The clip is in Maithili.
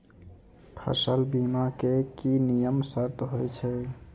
फसल बीमा के की नियम सर्त होय छै?